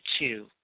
two